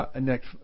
next